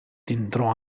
entrò